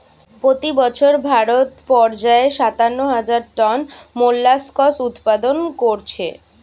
পোতি বছর ভারত পর্যায়ে সাতান্ন হাজার টন মোল্লাসকস উৎপাদন কোরছে